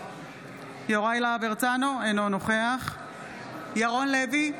אינו נוכח ירון לוי,